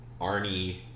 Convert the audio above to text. Arnie